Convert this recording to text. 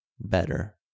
better